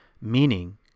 Meaning